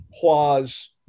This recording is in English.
Hua's